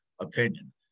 opinion